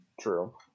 True